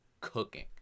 cooking